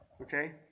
Okay